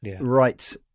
right